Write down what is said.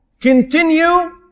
continue